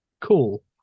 cool